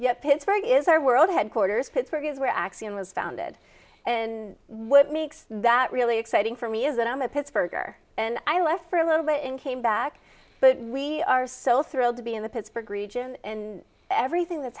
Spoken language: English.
yet pittsburgh is our world headquarters pittsburgh is we're actually in was founded and what makes that really exciting for me is that i'm a pittsburgher and i left for a little bit and came back but we are so thrilled to be in the pittsburgh region and everything that's